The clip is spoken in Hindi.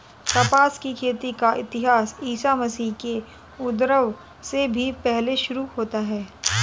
कपास की खेती का इतिहास ईसा मसीह के उद्भव से भी पहले शुरू होता है